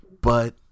But-